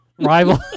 Rival